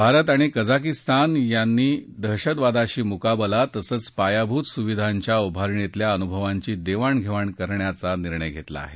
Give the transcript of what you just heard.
भारत आणि कझाकिस्तान यांनी दहशतवादाशी मुकाबला तसंच पायाभूत सुविधांच्या उभारणीतल्या अनुभवांची देवाण घेवाण करण्याचा निर्णय धेतला आहे